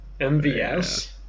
MVS